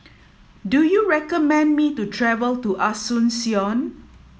do you recommend me to travel to Asuncion